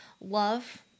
love